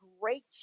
great